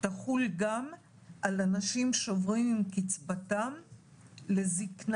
תחול גם על אנשים שעוברים עם קצבתם לזקנה,